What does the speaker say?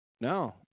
No